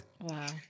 Wow